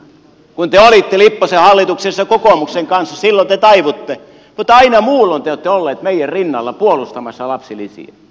kun te olitte lipposen hallituksessa kokoomuksen kanssa silloin te taivuitte mutta aina muulloin te olette olleet meidän rinnallamme puolustamassa lapsilisiä